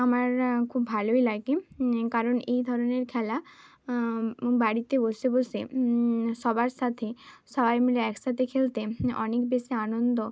আমার খুব ভালোই লাগে কারণ এই ধরনের খেলা বাড়িতে বসে বসে সবার সাথে সবাই মিলে একসাথে খেলতে অনেক বেশি আনন্দ